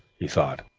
he thought,